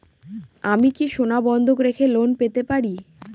আমি কি সোনা বন্ধক রেখে লোন পেতে পারি?